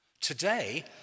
Today